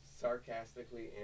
sarcastically